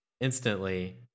instantly